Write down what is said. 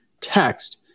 text